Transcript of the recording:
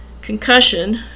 Concussion